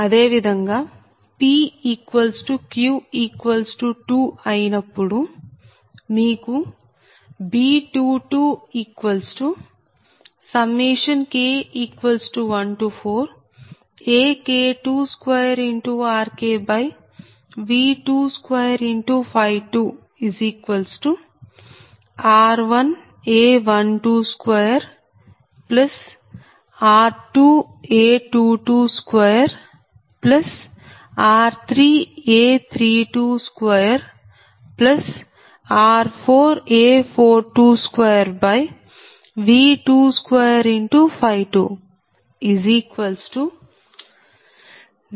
అదే విధంగా p q 2 అయినప్పుడు మీకు B22 K14AK22RKV222 R1A122R2A222R3A322R4A422V222 0